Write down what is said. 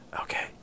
Okay